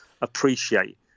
appreciate